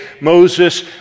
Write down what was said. moses